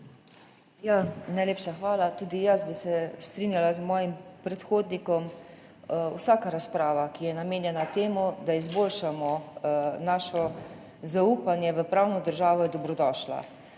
Najlepša hvala. Tudi jaz bi se strinjala s svojim predhodnikom. Vsaka razprava, ki je namenjena temu, da izboljšamo naše zaupanje v pravno državo, je dobrodošla.